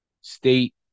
state